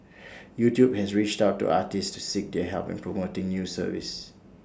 YouTube has reached out to artists to seek their help in promoting new service